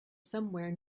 somewhere